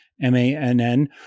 M-A-N-N